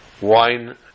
wine